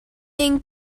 ein